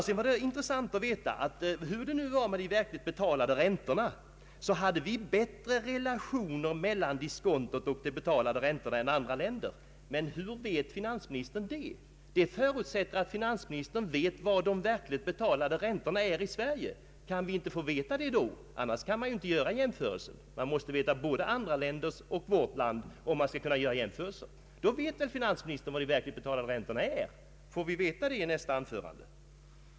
Det var intressant att få veta att hur det nu än var med de verkligt betalade räntorna, så hade vi bättre relationer mellan diskontot och de betalade rän torna än andra länder. Men hur vet finansministern detta? Det förutsätter att finansministern vet vad de verkligt betalade räntorna är i Sverige. Kan vi inte få veta det då? Annars kan man ju inte göra jämförelsen. Man måste veta hur det är både i andra länder och i vårt land om man skall kunna göra jämförelser. Får vi veta i finansministerns nästa anförande vilka de verkligt betalade räntorna är?